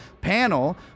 panel